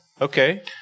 Okay